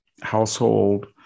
household